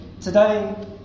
today